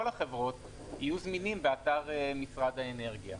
החברות יהיו זמינים באתר משרד האנרגיה?